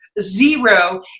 zero